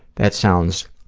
that sounds